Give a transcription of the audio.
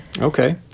Okay